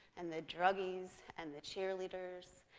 and the druggies, and the cheerleaders.